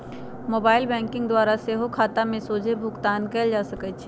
mobile banking द्वारा सेहो खता में सोझे भुगतान कयल जा सकइ छै